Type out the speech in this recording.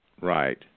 Right